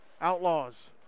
Outlaws